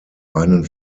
einen